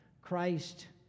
Christ